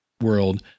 world